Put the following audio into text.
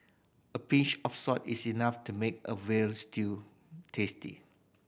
a pinch of salt is enough to make a veal stew tasty